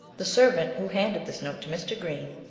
the servant who handed this note to mr. green,